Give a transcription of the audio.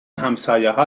همسایهها